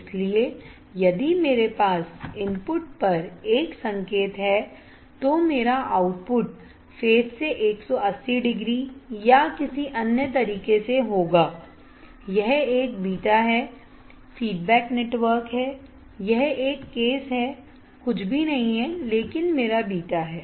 इसलिए यदि मेरे पास इनपुट पर एक संकेत है तो मेरा आउटपुट फेज से 180 डिग्री या किसी अन्य तरीके से होगा यह एक बीटा है फीडबैक नेटवर्क है यह एक केस है कुछ भी नहीं है लेकिन मेरा बीटा है